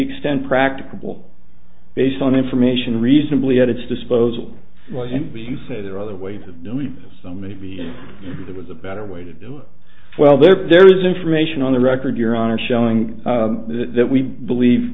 extent practicable based on information reasonably at its disposal and if you say there are other ways of doing so maybe that was a better way to do well there but there is information on the record your honor showing that we believe